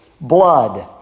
blood